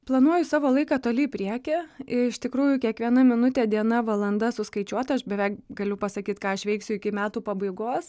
planuoju savo laiką toli į priekį iš tikrųjų kiekviena minutė diena valanda suskaičiuota aš beveik galiu pasakyt ką aš veiksiu iki metų pabaigos